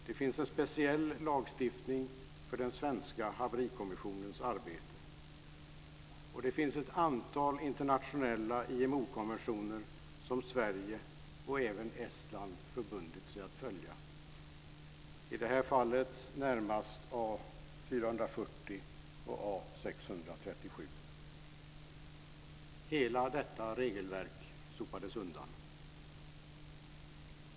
Det finns en speciell lagstiftning för den svenska haverikommissionens arbete, och det finns ett antal internationella IMO konventioner som Sverige - och även Estland - har förbundit sig att följa, i det här fallet närmast A 440 Hela detta regelverk sopades undan.